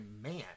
man